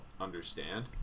understand